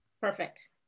Perfect